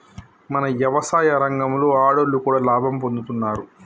మన యవసాయ రంగంలో ఆడోళ్లు కూడా లాభం పొందుతున్నారు